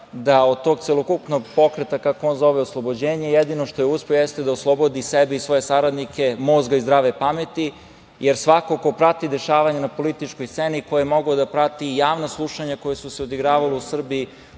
da od tog celokupnog pokreta, kako on zove, oslobođenje, jedino što je uspeo jeste da oslobodi sebe i svoje saradnike mozga i zdrave pameti, jer svako ko prati dešavanja na političkoj sceni, ko je mogao da prati i javna slušanja koja su se odigravala u Srbiji